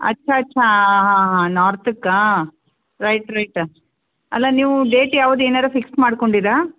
ಅಚ್ಚ ಅಚ್ಚಾ ಹಾಂ ಹಾಂ ಹಾಂ ನಾರ್ತ್ಕಾ ರೈಟ್ ರೈಟ್ ಅಲ್ಲ ನೀವು ಡೇಟ್ ಯಾವ್ದು ಏನಾದ್ರೂ ಫಿಕ್ಸ್ ಮಾಡ್ಕೊಂಡೀರ